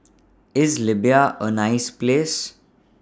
IS Libya A nice Place